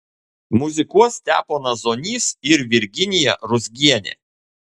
muzikuos steponas zonys ir virginija ruzgienė